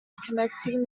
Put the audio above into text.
connecting